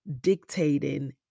dictating